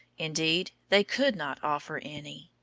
indeed, they could not offer any.